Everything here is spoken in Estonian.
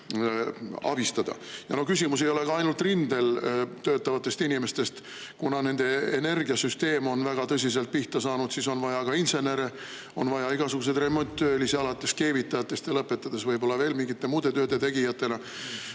abistada. Küsimus ei ole ainult rindel töötavates inimestes. Kuna nende energiasüsteem on väga tõsiselt pihta saanud, siis on vaja ka insenere, on vaja igasuguseid remonttöölisi alates keevitajatest ja lõpetades võib-olla veel mingite muude tööde tegijatega.